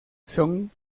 son